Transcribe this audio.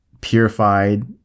purified